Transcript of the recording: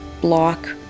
block